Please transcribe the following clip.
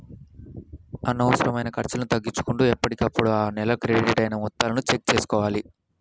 అనవసరమైన ఖర్చులను తగ్గించుకుంటూ ఎప్పటికప్పుడు ఆ నెల క్రెడిట్ అయిన మొత్తాలను చెక్ చేసుకోవాలి